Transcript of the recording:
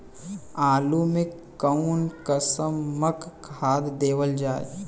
आलू मे कऊन कसमक खाद देवल जाई?